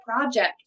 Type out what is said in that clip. project